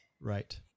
Right